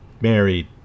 married